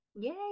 Yay